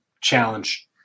challenge